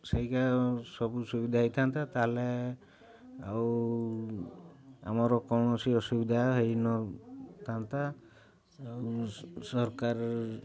ସେଇକା ସବୁ ସୁବିଧା ହେଇଥାନ୍ତା ତା'ହେଲେ ଆଉ ଆମର କୌଣସି ଅସୁବିଧା ହେଇନଥାନ୍ତା ସରକାର